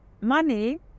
money